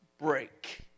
break